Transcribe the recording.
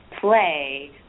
play